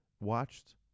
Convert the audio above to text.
watched